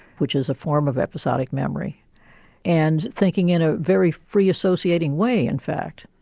which is a form of episodic memory and thinking in a very free associating way, in fact.